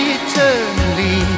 eternally